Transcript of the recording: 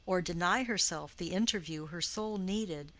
or deny herself the interview her soul needed,